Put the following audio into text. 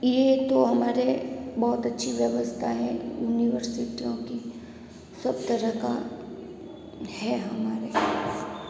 ये तो हमारे बहुत अच्छी व्यवस्था है यूनिवर्सिटियों की सब तरह का है हमारे पास